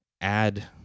add